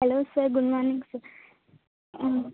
hello sir good morning sir ம்